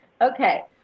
Okay